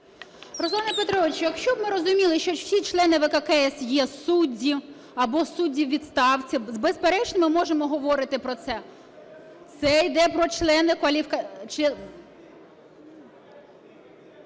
Руслане Петровичу, якщо б ми розуміли, що всі члени ВККС є судді або судді у відставці, безперечно, ми можемо говорити про це. Це йде про членів…